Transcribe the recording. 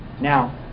Now